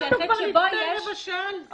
כבר לפני רבע שעה.